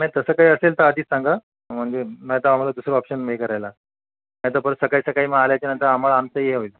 नाही तसं काय असेल तर आधीच सांगा म्हणजे नाहीतर आम्हाला दुसरा ऑप्शन हे करायला नाहीतर परत सकाळी सकाळी मग आल्याच्या नंतर आम्हाला आमचं हे होईल